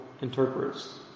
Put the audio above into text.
interprets